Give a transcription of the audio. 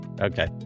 okay